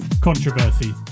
Controversy